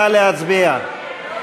נא להצביע.